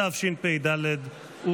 התשפ"ד 2023,